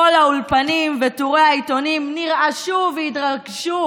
כל האולפנים וטורי העיתונים נרעשו והתרגשו